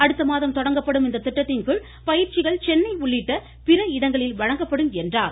அடுத்த மாதம் தொடங்கப்படும் இந்த திட்டத்தின்கீழ் பயிற்சிகள் சென்னை உள்ளிட்ட பிற இடங்களில் வழங்கப்படும் என்றார்